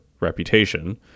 reputation